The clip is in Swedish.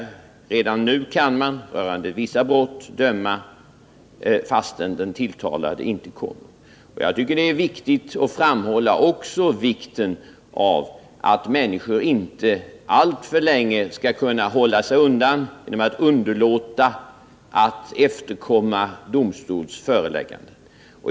Redan nu kan man för vissa brott döma fastän den tilltalade inte har infunnit sig. Jag tycker också att det är angeläget att framhålla vikten av att människor inte alltför länge skall kunna hålla sig undan genom att underlåta att efterkomma domstols förelägganden.